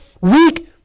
weak